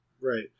Right